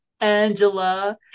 Angela